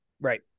Right